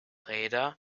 räder